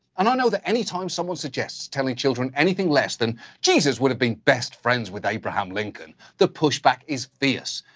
and i know that anytime someone suggests telling children anything less than jesus would have been best friends with abraham lincoln, the push back is fierce.